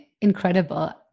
Incredible